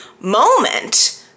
moment